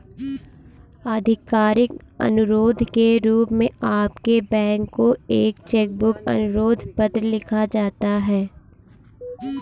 आधिकारिक अनुरोध के रूप में आपके बैंक को एक चेक बुक अनुरोध पत्र लिखा जाता है